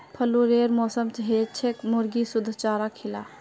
फ्लूरेर मौसम छेक मुर्गीक शुद्ध चारा खिला